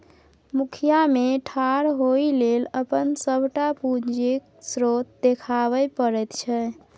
मुखिया मे ठाढ़ होए लेल अपन सभटा पूंजीक स्रोत देखाबै पड़ैत छै